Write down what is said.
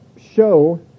show